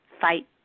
Fight